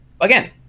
again